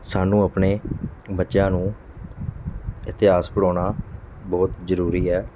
ਸਾਨੂੰ ਆਪਣੇ ਬੱਚਿਆਂ ਨੂੰ ਇਤਿਹਾਸ ਪੜ੍ਹਾਉਣਾ ਬਹੁਤ ਜ਼ਰੂਰੀ ਹੈ